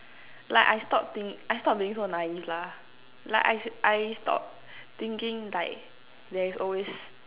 like I stop think I stop being so naive lah like I I stop thinking like there's always